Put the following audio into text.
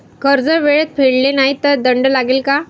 कर्ज वेळेत फेडले नाही तर दंड लागेल का?